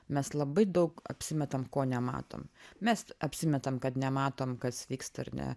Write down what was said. mes labai daug apsimetam ko nematom mes apsimetam kad nematom kas vyksta ar ne